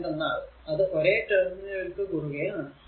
എന്തെന്നാൽ അത് ഒരേ ടെര്മിനലുകൾക്ക് കുറുകെ ആണ്